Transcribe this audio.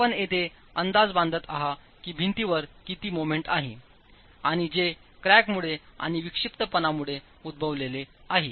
तर आपण येथे अंदाज बांधत आहात की भिंतीवरकिती मोमेंट आहे आणि जे क्रॅकमुळे आणि विक्षिप्तपणा मुळे उद्भवलेले आहे